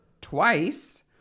twice